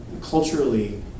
Culturally